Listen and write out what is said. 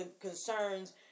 concerns